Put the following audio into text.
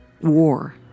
War